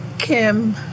Kim